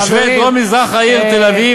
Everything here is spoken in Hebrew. תושבי דרום-מזרח העיר תל-אביב,